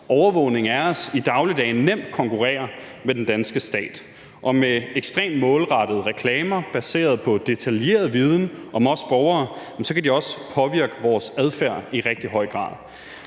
overvågning af os i dagligdagen nemt konkurrere med den danske stats. Og med ekstremt målrettede reklamer baseret på detaljeret viden om os borgere, kan de også påvirke vores adfærd i rigtig høj grad.